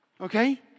okay